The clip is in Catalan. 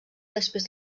després